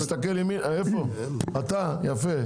בבקשה.